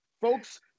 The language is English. Folks